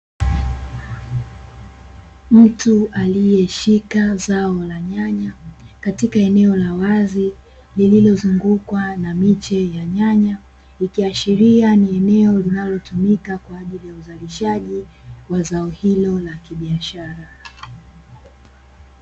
Mtu aliye shika zao la nyanya katika eneo la wazi lililo zungukwa na miche ya nyanya, ikiashiria ni eneo linalo tumika, kwaajili ya uzalishaji wa zao hilo la kibiashara.